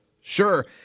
Sure